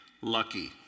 Lucky